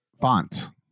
fonts